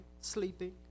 sleeping